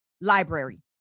library